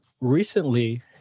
Recently